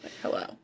hello